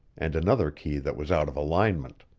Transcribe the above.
and another key that was out of alignment.